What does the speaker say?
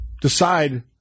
decide